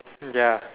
ya